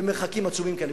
במרחקים עצומים כאלה.